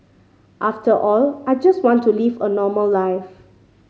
after all I just want to live a normal life